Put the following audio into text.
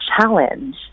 challenge